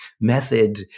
method